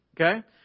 Okay